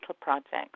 projects